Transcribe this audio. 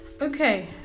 Okay